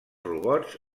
robots